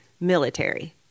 military